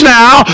now